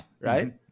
right